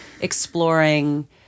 exploring